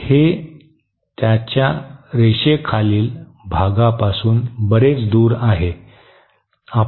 तर हे त्याच्या रेषेखालील भागापासून बरेच दूर आहे